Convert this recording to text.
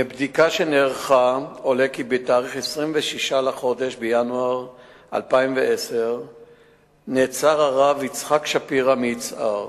מבדיקה שנערכה עולה כי בתאריך 26 בינואר 2010 נעצר הרב יצחק שפירא מיצהר